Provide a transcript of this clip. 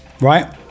Right